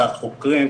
החוקרים,